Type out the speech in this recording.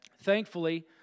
Thankfully